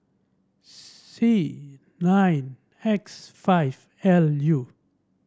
C nine X five L U